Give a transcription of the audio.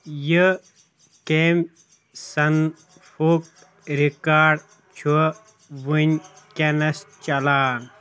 یہِ کَمہِ صنفُک ریکارڈ چھُ وٕنکیٚنس چلان